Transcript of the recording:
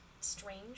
strange